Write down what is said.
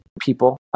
people